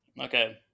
Okay